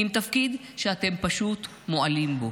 עם תפקיד שאתם פשוט מועלים בו?